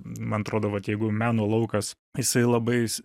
man atrodo vat jeigu meno laukas jisai labai s